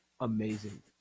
Amazing